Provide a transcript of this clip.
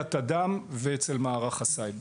התד"מ (טכנולוגיות דיגיטליות ומידע) ואצל מערך הסייבר.